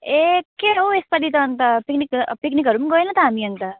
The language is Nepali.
ए के हौ यसपालि त अन्त पिकनिक पिकनिहरू पनि गएन त हामी अन्त